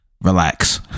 relax